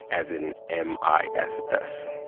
as in m i s s